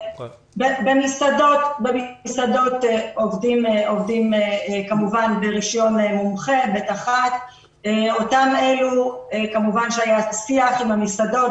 במסעדות עובדים ברישיון מומחה --- אותם אלה שהיה שיח עם המסעדות,